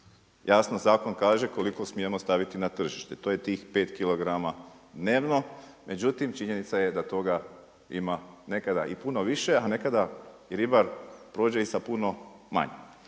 Jasno zakon kaže koliko smijemo staviti na tržište. To je tih pet kilograma dnevno, međutim činjenica je da toga ima nekada i puno više, a nekada ribar prođe i sa puno manje.